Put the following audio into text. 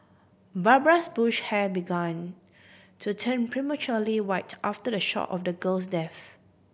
Barbara's Bush hair began to turn prematurely white after the shock of the girl's death